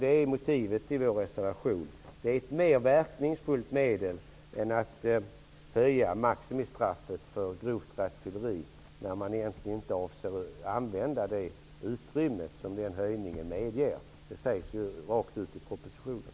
Det är motivet till vår reservation. Det är ett mer verkningsfullt medel än att höja maximistraffet för grovt rattfylleri, fast man egentligen inte avser att använda det utrymme som den höjningen medger -- det sägs ju rakt ut i propositionen.